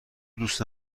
دوست